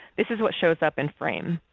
this is what shows up in frame.